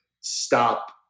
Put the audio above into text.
stop